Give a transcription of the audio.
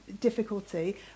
difficulty